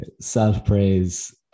self-praise